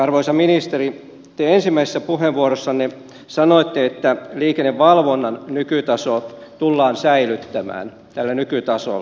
arvoisa ministeri te ensimmäisessä puheenvuorossanne sanoitte että liikennevalvonta tullaan säilyttämään tällä nykytasolla